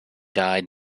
died